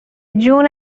جون